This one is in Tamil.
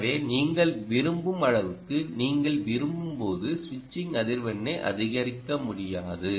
எனவே நீங்கள் விரும்பும் அளவுக்கு நீங்கள் விரும்பும் போது சுவிட்சிங் அதிர்வெண்ணை அதிகரிக்க முடியாது